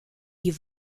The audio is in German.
die